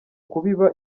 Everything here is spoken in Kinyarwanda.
kubiba